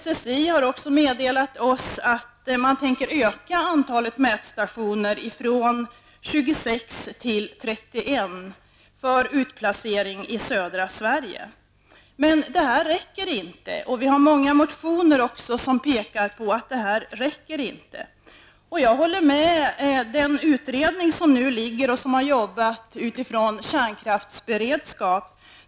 SSI har också meddelat oss att man tänker öka antalet mätstationer från 26 till 31 för utplacering i södra Sverige. Men det här räcker inte, vilket också framhålls i flera motioner. Jag håller med den sittande utredningen som har arbetat med utgångspunkt i kärnkraftsberedskap.